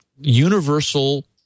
universal